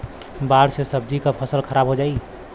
बाढ़ से सब्जी क फसल खराब हो जाई